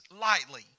lightly